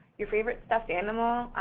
your favorite stuffed animal,